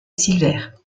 silver